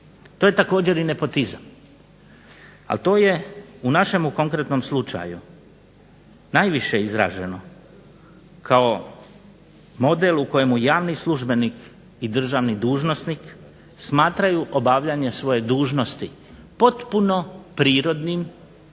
To je također nepotizam ali to je u našem konkretnom slučaju najviše izraženo kao model u kojem javni službenik i državni dužnosnik smatraju obavljanje svoje dužnosti potpuno prirodnim,